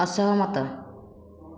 ଅସହମତ